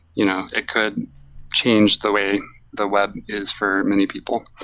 you know it could change the way the web is for many people.